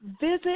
Visit